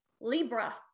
libra